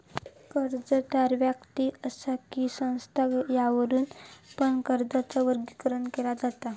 कर्जदार व्यक्ति असा कि संस्था यावरुन पण कर्जाचा वर्गीकरण केला जाता